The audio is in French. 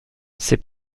c’est